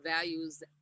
values